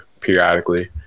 periodically